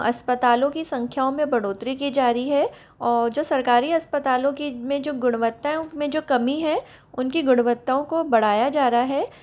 अस्पतालों की संख्याओं में बढ़ोत्री की जा रही है और जो सरकारी अस्पतालों की में जो गुणवत्ता है उन में जो कमी है उनकी गुणवत्ताओं को बढ़ाया जा रहा है